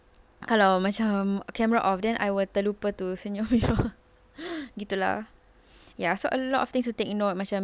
kalau macam camera off then I will terlupa to senyum gitu lah ya so a lot of things to take note macam